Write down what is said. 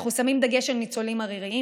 אנחנו שמים דגש על ניצולים עריריים,